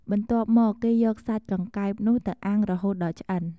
បន្ទាប់មក គេយកសាច់កង្កែបនោះទៅ អាំង រហូតដល់ឆ្អិន។